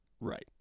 Right